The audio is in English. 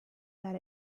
that